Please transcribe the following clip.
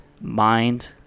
mind